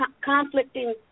conflicting